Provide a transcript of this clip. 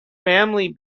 family